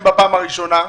בפעם הראשונה?